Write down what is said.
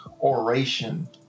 oration